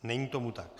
Není tomu tak.